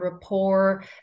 rapport